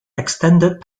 extended